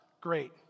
great